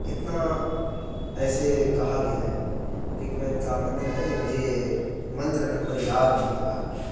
اِتنا ایسے کہا گیا ہے رِگ وید کا منتر ہے یہ مجھے منتر نمبر یاد نہیں رہا